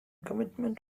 commitment